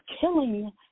killing